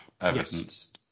evidence